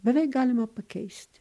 beveik galima pakeisti